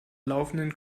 laufenden